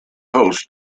host